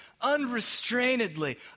unrestrainedly